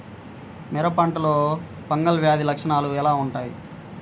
మిరప పంటలో ఫంగల్ వ్యాధి లక్షణాలు ఎలా వుంటాయి?